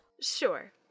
Sure